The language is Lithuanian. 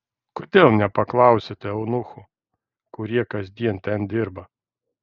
kodėl nepaklausiate eunuchų kurie kasdien ten dirba